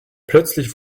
plötzlich